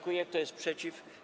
Kto jest przeciw?